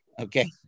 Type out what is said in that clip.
Okay